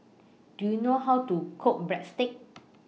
Do YOU know How to Cook Breadsticks